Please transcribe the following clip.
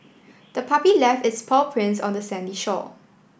the puppy left its paw prints on the sandy shore